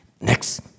next